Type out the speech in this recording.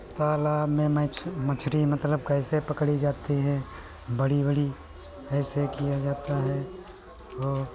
तालाब में मछ मछली मतलब कैसे पकड़ी जाती है बड़ी बड़ी कैसे किया जाता है वो